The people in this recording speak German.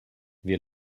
wir